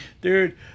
dude